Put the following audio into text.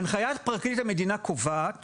הנחיית פרקליט המדינה קובעת